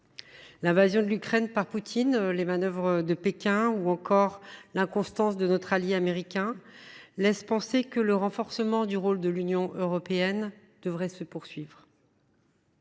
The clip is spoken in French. L’invasion de l’Ukraine par Poutine, les manœuvres de Pékin ou encore l’inconstance de notre allié américain laissent au contraire penser que le renforcement du rôle de l’Union européenne devrait se poursuivre.